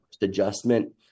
adjustment